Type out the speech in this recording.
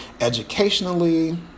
educationally